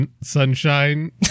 Sunshine